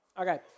Okay